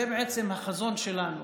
זה בעצם החזון שלנו.